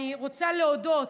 אני רוצה להודות